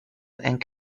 and